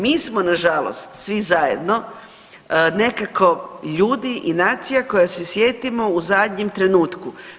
Mi smo nažalost svi zajedno nekako ljudi i nacija koja se sjetimo u zadnjem trenutku.